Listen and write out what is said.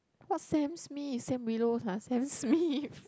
what Sam Smith Sam Willows lah Sam Smith